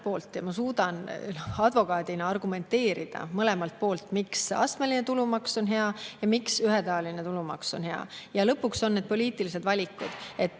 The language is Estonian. poolt ja ma suudan advokaadina argumenteerida mõlemalt poolt – miks astmeline tulumaks on hea ja miks ühetaoline tulumaks on hea. Lõpuks on need poliitilised valikud. See